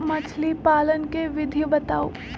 मछली पालन के विधि बताऊँ?